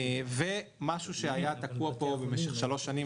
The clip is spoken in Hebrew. ומה שהיה תקוע פה במשך שלוש שנים,